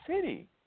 city